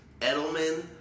Edelman